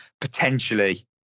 potentially